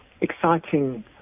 exciting